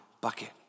bucket